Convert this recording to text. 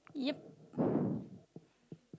yup